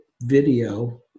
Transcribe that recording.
video